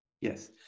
Yes